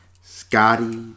Scotty